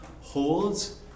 holds